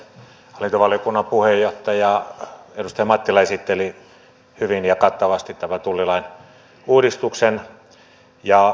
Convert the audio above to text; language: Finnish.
hallintovaliokunnan puheenjohtaja edustaja mattila esitteli hyvin ja kattavasti tämän tullilain uudistuksen ja valiokuntavaiheen